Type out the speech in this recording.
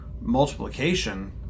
multiplication